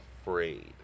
afraid